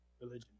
religion